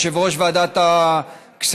יושב-ראש ועדת הכספים,